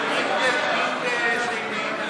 אם תימין אני